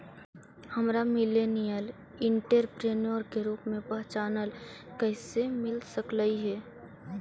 हमरा millennial entrepreneur के रूप में पहचान कइसे मिल सकलई हे?